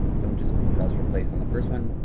don't just press replace on the first one,